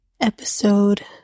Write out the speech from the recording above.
episode